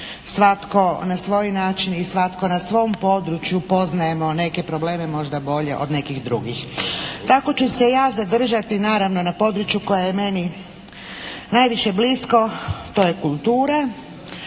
svatko na svoj način i svatko na svom području poznajemo neke probleme možda bolje od nekih drugih. Tako ću se ja zadržati naravno na području koje je meni najviše blisko, to je kultura.